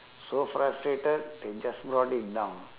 so frustrated they just brought it down